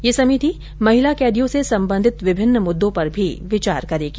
यह समिति महिला कैदियों से संबंधित विभिन्न मुद्दों पर भी विचार करेगी